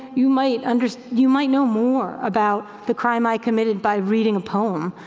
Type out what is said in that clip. you might and you might know more about the crime i committed by reading a poem,